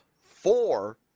four